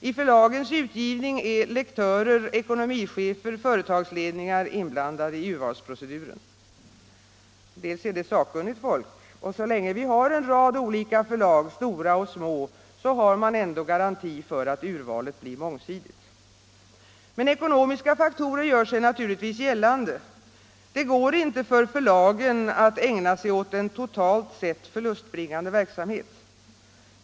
I förlagens utgivning är lektörer, ekonomichefer och företagsledningar inblandade i urvalsproceduren. Det är sakkunnigt folk, och så länge vi har en rad olika förlag, stora och små, har man ändå garanti för att urvalet blir mångsidigt. Men ekonomiska faktorer gör sig naturligtvis gällande. Det går inte för förlagen att ägna sig åt en totalt sett förlustbringande verksamhet.